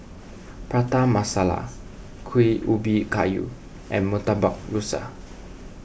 Prata Masala Kuih Ubi Kayu and Murtabak Rusa